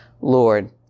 Lord